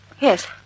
Yes